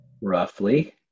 roughly